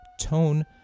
tone